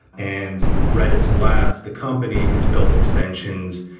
and redis labs, the company, has built extensions.